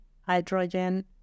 hydrogen